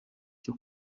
cyo